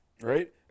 Right